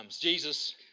Jesus